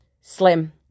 slim